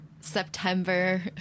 September